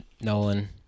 Nolan